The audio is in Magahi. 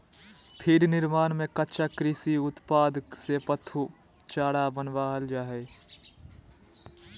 फीड निर्माण में कच्चा कृषि उत्पाद से पशु चारा बनावल जा हइ